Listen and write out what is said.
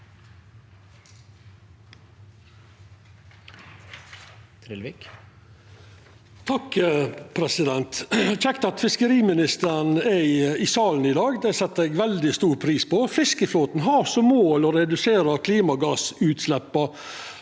Det er kjekt at fiskeri- ministeren er i salen i dag. Det set eg veldig stor pris på. Fiskeflåten har som mål å redusera klimagassutsleppa